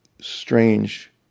strange